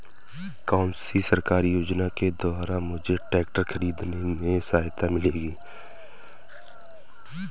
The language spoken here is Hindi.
कौनसी सरकारी योजना के द्वारा मुझे ट्रैक्टर खरीदने में सहायता मिलेगी?